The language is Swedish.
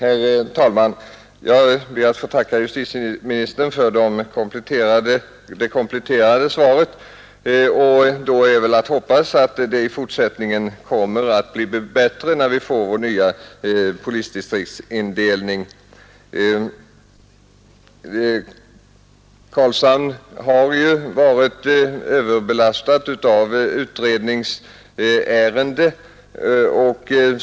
Herr talman! Jag ber att få tacka justitieministern för det kompletterande svaret. Då är det väl att hoppas att det blir bättre när vi får ny polisdistriktsindelning. Karlshamn har varit överbelastat av utredningsärenden.